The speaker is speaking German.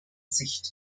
sicht